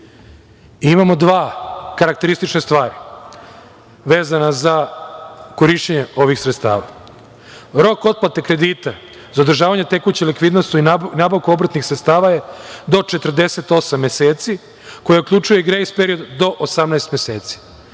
Imamo dve karakteristične stvari vezane za korišćenje ovih sredstava. Rok otplate kredita za održavanje tekuće likvidnosti i nabavku obrtnih sredstava je do 48 meseci koje uključuje i grejs period do 18 meseci,